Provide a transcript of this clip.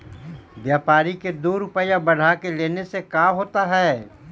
व्यापारिक के दो रूपया बढ़ा के लेने से का होता है?